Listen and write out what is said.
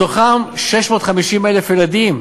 מתוכם 650,000 ילדים.